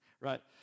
Right